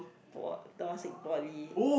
for what temasek-Poly